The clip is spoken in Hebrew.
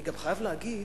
אני גם חייב להגיד